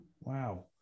wow